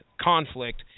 conflict